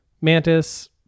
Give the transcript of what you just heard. mantis